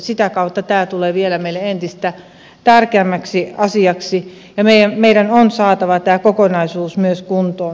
sitä kautta tämä tulee vielä meille entistä tärkeämmäksi asiaksi ja meidän on saatava tämä kokonaisuus myös kuntoon